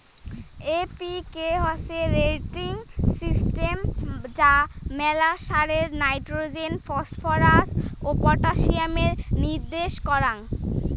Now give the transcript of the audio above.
NPK হসে rating system যা মেলা সারে নাইট্রোজেন, ফসফরাস ও পটাসিয়ামের নির্দেশ কারাঙ